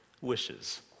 wishes